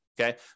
Okay